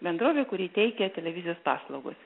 bendrove kuri teikia televizijos paslaugas